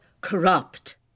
corrupt